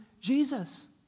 Jesus